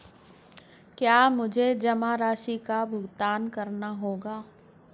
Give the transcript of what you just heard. क्या मुझे जमा राशि का भुगतान करना होगा?